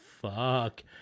fuck